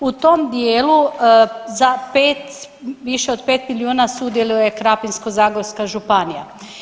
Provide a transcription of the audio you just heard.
U tom dijelu za 5, više od 5 milijuna sudjeluje Krapinsko-zagorska županija.